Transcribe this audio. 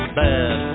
bad